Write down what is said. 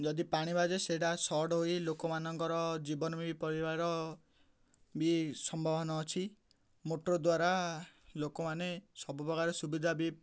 ଯଦି ପାଣି ବାଜେ ସେଇଟା ସର୍ଟ ହୋଇ ଲୋକମାନଙ୍କର ଜୀବନ ବି ପରିବାର ବି ସମ୍ଭାବନା ଅଛି ମୋଟର ଦ୍ୱାରା ଲୋକମାନେ ସବୁପ୍ରକାର ସୁବିଧା ବି